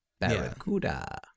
Barracuda